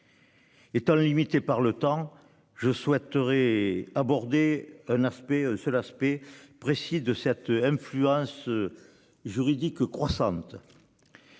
Étant limité par le temps. Je souhaiterais aborder un aspect seuls aspects précis de cette influence. Juridique croissante.